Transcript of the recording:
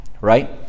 right